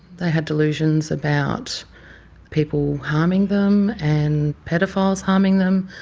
they had delusions about people harming them and paedophiles harming them.